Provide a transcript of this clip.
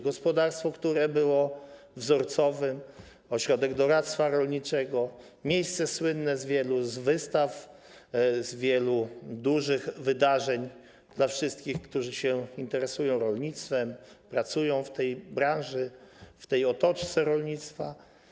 Gospodarstwo, które było wzorcowe, ośrodek doradztwa rolniczego, miejsce słynne z wielu wystaw, z wielu dużych wydarzeń dla wszystkich, którzy się interesują rolnictwem, pracują w tej branży, w tej otoczce rolnictwa.